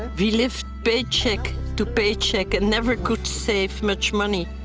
we lived paycheck to paycheck and never could save much money.